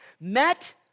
met